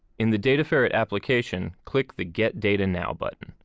in the dataferrett application, click the get data now button.